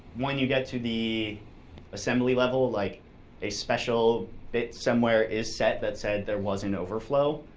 when you get to the assembly level, like a special bit somewhere is set that said there was an overflow,